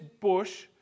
bush